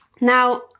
Now